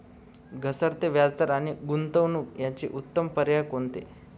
घसरते व्याजदर आणि गुंतवणूक याचे उत्तम पर्याय कोणते?